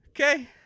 Okay